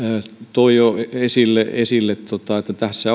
toi jo esille esille että tässä